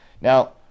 Now